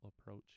approach